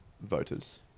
voters